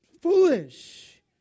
Foolish